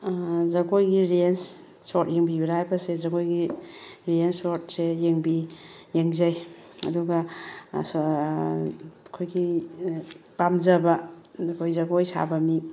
ꯖꯒꯣꯏꯒꯤ reels short ꯌꯦꯡꯕꯤꯕ꯭ꯔꯥ ꯍꯥꯏꯕꯁꯦ ꯖꯒꯣꯏꯒꯤ ꯔꯤꯜꯁ ꯁꯣꯔꯠꯁꯦ ꯌꯦꯡꯕꯤ ꯌꯦꯡꯖꯩ ꯑꯗꯨꯒ ꯑꯩꯈꯣꯏꯒꯤ ꯄꯥꯝꯖꯕ ꯑꯩꯈꯣꯏ ꯖꯒꯣꯏ ꯁꯥꯕ ꯃꯤ